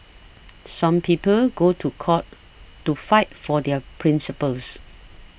some people go to court to fight for their principles